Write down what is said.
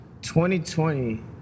2020